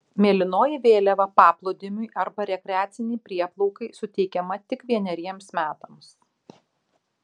mėlynoji vėliava paplūdimiui arba rekreacinei prieplaukai suteikiama tik vieneriems metams